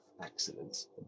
accidents